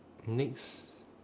next